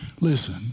Listen